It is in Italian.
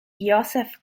joseph